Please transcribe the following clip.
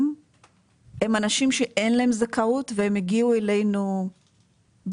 הם אנשים שאין להם זכאות והם הגיעו אלינו בטעות,